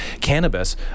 Cannabis